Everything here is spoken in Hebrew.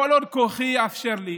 כל עוד כוחי יאפשר לי,